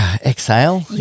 exhale